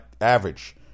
average